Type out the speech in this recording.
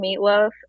meatloaf